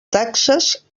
taxes